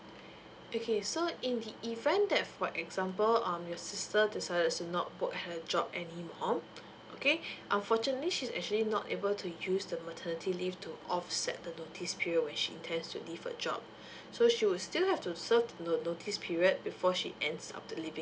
okay so in the event that for example um your sister decided to not work her job anymore um okay unfortunately she's actually not able to use the maternity leave to offset the notice peeled she intends to leave a job so she will still have to serve no~ notice period before she ends up to leaving